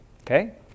Okay